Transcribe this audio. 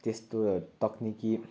त्यस्तो तक्निकी